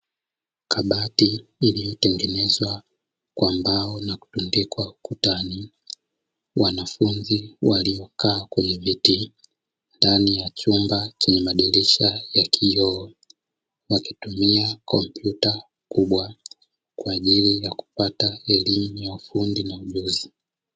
Kabati iliyotengenezwa kwa mbao na kutundikwa ukutani, wanafunzi waliokaa kwenye viti ndani ya chumba chenye madirisha ya kioo; wakitumia kompyuta kubwa kwa ajili ya kupata elimu ya ufundi na ujuzi.